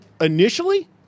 initially